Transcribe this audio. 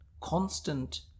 constant